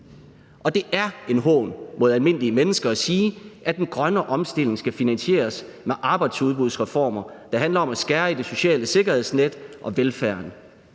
og det er en hån mod almindelige mennesker at sige, at den grønne omstilling skal finansieres med arbejdsudbudsreformer, der handler om at skære i det sociale sikkerhedsnet og velfærden